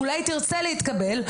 אולי תרצה להתקבל,